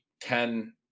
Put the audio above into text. ten